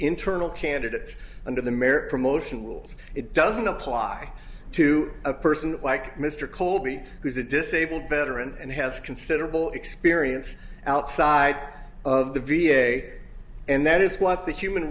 internal candidates under the mare promotion rules it doesn't apply to a person like mr colby who's a disabled veteran and has considerable experience outside of the v a and that is what the human